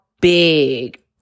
big